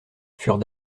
furent